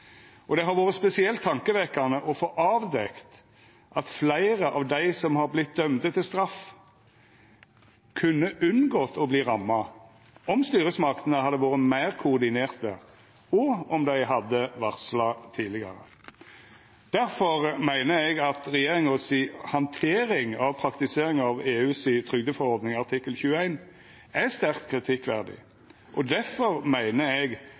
Og det har vore spesielt tankevekkjande å få avdekt at fleire av dei som har vorte dømde til straff, kunne ha unngått å verta ramma om styresmaktene hadde vore meir koordinerte, og om dei hadde varsla tidlegare. Difor meiner eg at regjeringa si handtering av praktiseringa av EUs trygdeforordning artikkel 21 er sterkt kritikkverdig, og difor meiner eg